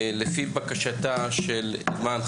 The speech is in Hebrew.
לפי בקשתה של אימאן,